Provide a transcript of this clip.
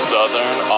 Southern